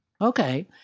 okay